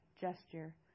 gesture